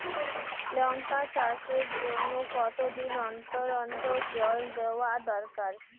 লঙ্কা চাষের জন্যে কতদিন অন্তর অন্তর জল দেওয়া দরকার?